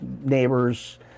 neighbors